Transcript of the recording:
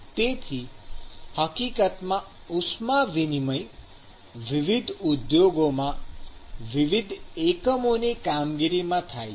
તેથી હકીકતમાં ઉષ્મા વિનિમય વિવિધ ઉદ્યોગોમાં વિવિધ એકમની કામગીરીમાં થાય છે